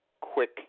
quick